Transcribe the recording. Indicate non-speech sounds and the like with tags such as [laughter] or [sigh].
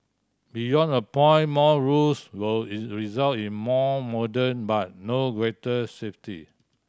beyond a point more rules will [unintelligible] result in more modem but no greater safety